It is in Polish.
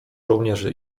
żołnierzy